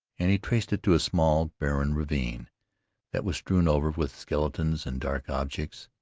and he traced it to a small, barren ravine that was strewn over with skeletons and dark objects,